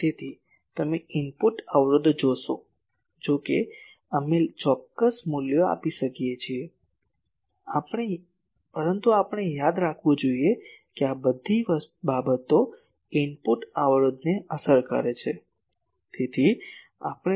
તેથી તમે ઇનપુટ અવરોધ જોશો જો કે અમે ચોક્કસ મૂલ્યો આપીએ છીએ પરંતુ આપણે યાદ રાખવું જોઈએ કે આ બધી બાબતો ઇનપુટ અવરોધને અસર કરે છે